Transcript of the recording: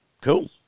Cool